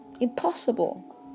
Impossible